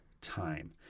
time